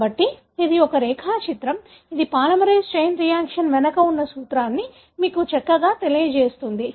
కాబట్టి ఇది ఒక రేఖాచిత్రం ఇది పాలిమరేస్ చైన్ రియాక్షన్ వెనుక ఉన్న సూత్రాన్ని మీకు చక్కగా తెలియజేస్తుంది